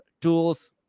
tools